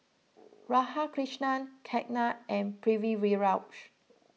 Radhakrishnan Ketna and Pritiviraj